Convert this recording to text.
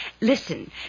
Listen